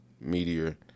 meteor